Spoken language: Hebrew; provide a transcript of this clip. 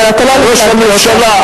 אבל אתה לא הולך להקריא אותו.